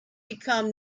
become